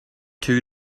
two